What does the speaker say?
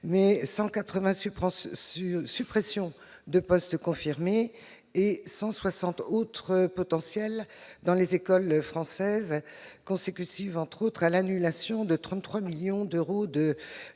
180 suppressions de postes confirmées et 160 autres potentielles dans les écoles françaises, consécutives, entre autres, à l'annulation de 33 millions d'euros de